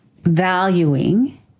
valuing